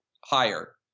higher